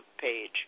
page